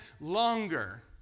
longer